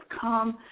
come